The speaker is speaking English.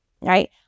right